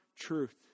truth